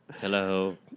Hello